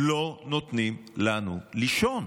לא נותנים לנו לישון.